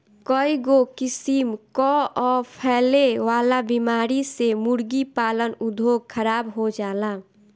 कईगो किसिम कअ फैले वाला बीमारी से मुर्गी पालन उद्योग खराब हो जाला